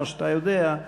כמו שאתה יודע,